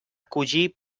collir